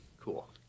Cool